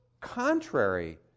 Contrary